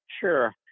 Sure